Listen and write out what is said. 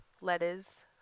letters